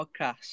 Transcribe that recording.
Podcast